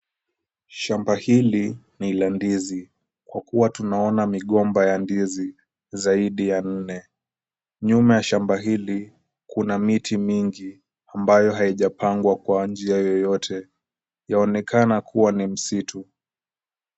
Shamba hili ni la ndizi kwa kuwa tunaona migomba ya ndizi zaidi ya nne. Nyuma ya shamba hili kuna miti mingi ambayo haijapangwa kwa njia yeyote, yaonekana kuwa ni msitu.